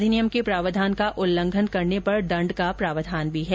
अधिनियम के प्रावधान का उल्लंघन करने पर दंड का प्रावधान भी है